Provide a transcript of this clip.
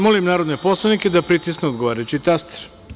Molim narodne poslanike da pritisnu odgovarajući taster.